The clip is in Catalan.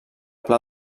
pla